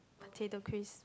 potato crips